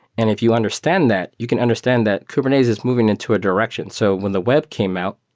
and if you understand that, you can understand that kubernetes is moving and to a direction. so when the web came out,